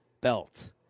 Belt